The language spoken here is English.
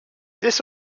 this